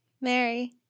Mary